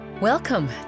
welcome